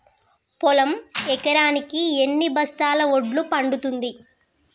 పొలం ఎకరాకి ఎన్ని బస్తాల వడ్లు పండుతుంది?